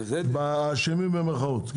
אשמים במירכאות.